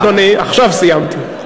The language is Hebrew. עכשיו, אדוני, עכשיו סיימתי.